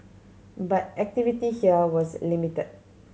but activity here was limited